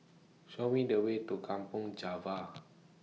Show Me The Way to Kampong Java